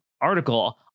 article